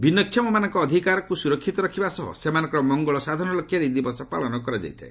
ଭିନ୍ନକ୍ଷମମାନଙ୍କ ଅଧିକାରକୁ ସୁରକ୍ଷିତ ରଖିବା ସହ ସେମାନଙ୍କର ମଙ୍ଗଳ ସାଧନ ଲକ୍ଷ୍ୟରେ ଏହି ଦିବସ ପାଳନ କରାଯାଇଥାଏ